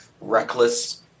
reckless